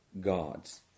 God's